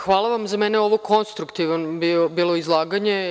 Hvala vam, za mene je ovo bilo konstruktivno izlaganje.